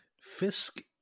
Fisk